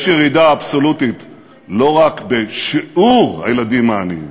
יש ירידה אבסולוטית לא רק בשיעור הילדים העניים,